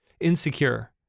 insecure